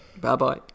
Bye-bye